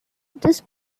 this